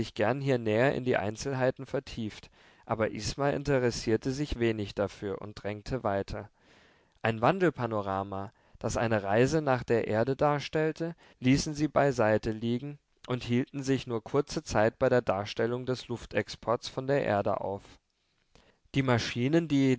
hier näher in die einzelheiten vertieft aber isma interessierte sich wenig dafür und drängte weiter ein wandelpanorama das eine reise nach der erde darstellte ließen sie beiseite liegen und hielten sich nur kurze zeit bei der darstellung des luftexports von der erde auf die maschinen die